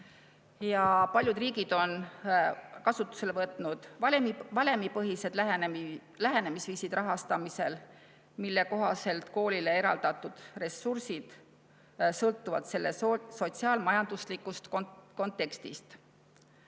Paljud riigid on kasutusele võtnud valemipõhised lähenemisviisid rahastamisel, mille kohaselt koolile eraldatud ressursid sõltuvad selle sotsiaal-majanduslikust kontekstist.